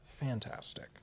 fantastic